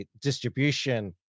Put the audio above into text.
distribution